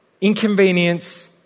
Inconvenience